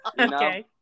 Okay